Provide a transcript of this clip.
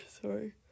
sorry